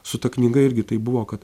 su ta knyga irgi taip buvo kad